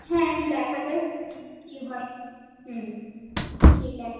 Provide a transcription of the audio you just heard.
হ্যাঁ দেখা যাক কী কী হয় হুম ঠিক আছে